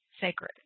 sacred